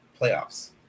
playoffs